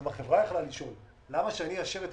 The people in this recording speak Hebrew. גם החברה יכלה לשאול: למה שאני אאשר את